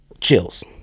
chills